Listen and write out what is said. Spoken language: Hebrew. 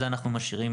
את זה אנחנו משאירים,